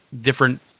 different